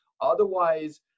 Otherwise